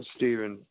Stephen